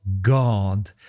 God